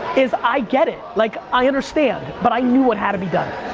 is i get it. like i understand, but i knew what had to be done.